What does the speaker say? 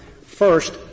First